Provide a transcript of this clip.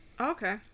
Okay